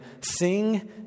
sing